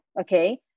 okay